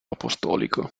apostolico